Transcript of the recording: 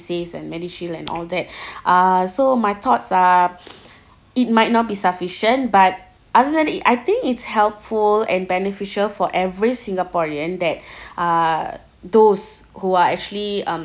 and MediShield and all that uh so my thoughts are it might not be sufficient but other than it I think it's helpful and beneficial for every singaporean that uh those who are actually um